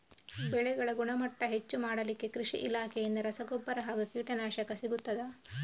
ಬೆಳೆಗಳ ಗುಣಮಟ್ಟ ಹೆಚ್ಚು ಮಾಡಲಿಕ್ಕೆ ಕೃಷಿ ಇಲಾಖೆಯಿಂದ ರಸಗೊಬ್ಬರ ಹಾಗೂ ಕೀಟನಾಶಕ ಸಿಗುತ್ತದಾ?